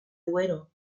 duero